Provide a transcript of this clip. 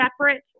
separate